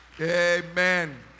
Amen